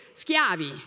schiavi